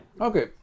Okay